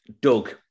Doug